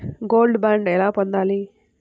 Gold bond ఎలా పొందాలి?